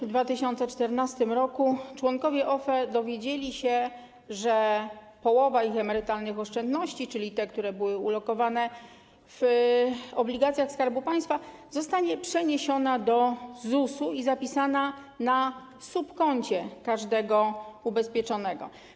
W 2014 r. członkowie OFE dowiedzieli się, że połowa ich emerytalnych oszczędności, czyli te, które były ulokowane w obligacjach Skarbu Państwa, zostanie przeniesiona do ZUS-u i zapisana na subkoncie każdego ubezpieczonego.